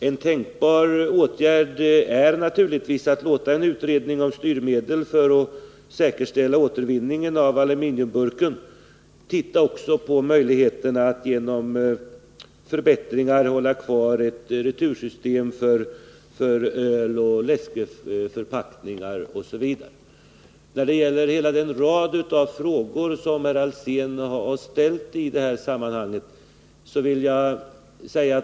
En tänkbar åtgärd är naturligtvis att låta en utredning om styrmedel för att säkerställa återvinning av aluminiumburkar även undersöka möjligheterna att genom förbättringar hålla kvar ett retursystem för öloch läskförpackningar. Herr Alsén ställde en rad frågor till mig.